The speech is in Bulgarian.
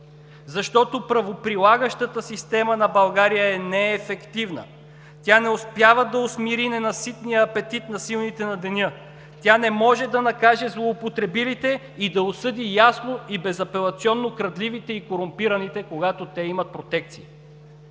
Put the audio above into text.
Защото правоприлагащата система на България е неефективна, тя не успява да усмири ненаситния апетит на силните на деня, тя не може да накаже злоупотребилите и да осъди ясно и безапелационно крадливите и корумпираните, когато те имат протекции.